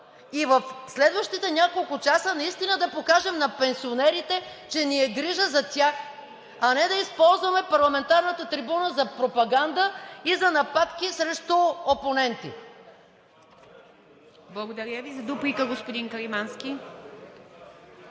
и в следващите няколко часа наистина да покажем на пенсионерите, че ни е грижа за тях, а не да използваме парламентарната трибуна за пропаганда и за нападки срещу опоненти. ПРЕДСЕДАТЕЛ ИВА МИТЕВА: Благодаря Ви. Дуплика, господин Каримански.